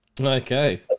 Okay